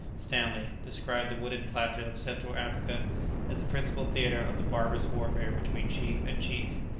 stanley, describe the wooded plateau of central africa as the principal theatre of the barbarous warfare between chief and chief.